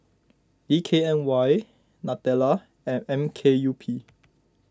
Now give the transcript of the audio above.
D K N Y Nutella and M K U P